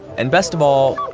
and best of all,